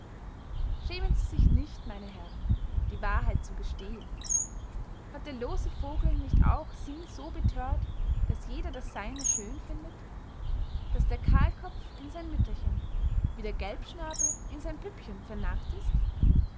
schämen sie sich nicht meine herren die wahrheit zu gestehen hat der lose vogel nicht auch sie so bethört daß jeder das seine schön findet daß der kahlkopf in sein mütterchen wie der gelbschnabel in sein püpchen vernarrt ist